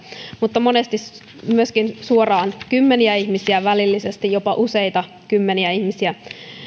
mutta monesti myöskin suoraan kymmeniä ihmisiä välillisesti jopa useita kymmeniä ihmisiä